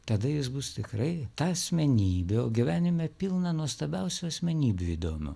tada jis bus tikrai ta asmenybė o gyvenime pilna nuostabiausių asmenybių įdomų